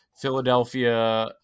Philadelphia